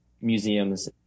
museums